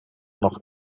noch